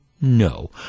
No